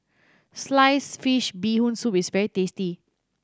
sliced fish Bee Hoon Soup is very tasty